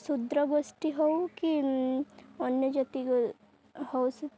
ଶୂଦ୍ର ଗୋଷ୍ଠୀ ହଉ କି ଅନ୍ୟ ଜାତି ହଉ